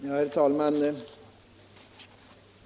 Herr talman!